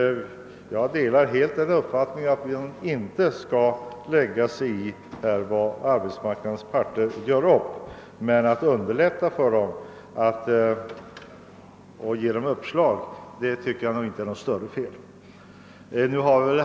Jag delar helt den uppfattningen att vi inte skall lägga oss i vad arbetsmarknadens parter gör upp om, men att underlätta för dem och ge dem uppslag tycker jag inte är något fel.